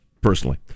personally